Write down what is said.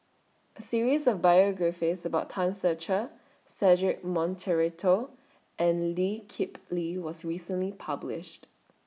A series of biographies about Tan Ser Cher Cedric Monteiro and Lee Kip Lee was recently published